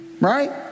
Right